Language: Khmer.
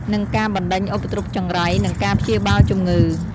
និងការបណ្តេញឧបទ្រពចង្រៃ និងការព្យាបាលជម្ងឺ។